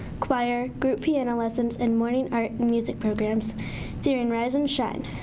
choir, group piano lessons and morning art and music programs during rise and shine.